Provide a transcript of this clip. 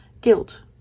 guilt